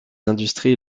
industries